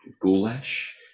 Goulash